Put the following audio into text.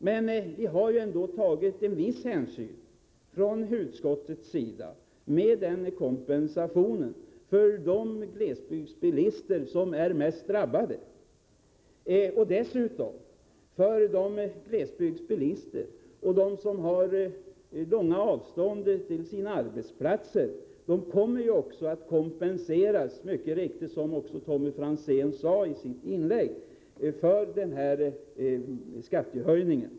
Men utskottet har ändå tagit vissa hänsyn, genom kompensation till de glesbygdsbilister som är mest drabbade. Glesbygdsbilisterna och de som har långa avstånd till sina arbetsplatser kommer att kompenseras — som Tommy Franzén mycket riktigt sade — för skattehöjningen.